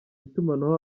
itumanaho